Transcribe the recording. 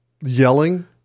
Yelling